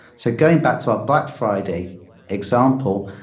so going back to our black friday example,